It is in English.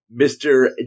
Mr